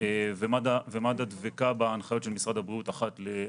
מד"א דבקה בהנחיות של משרד הבריאות אחת לאחת.